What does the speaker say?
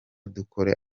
dukora